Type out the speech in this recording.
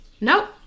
Nope